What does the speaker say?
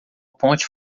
ponte